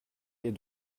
est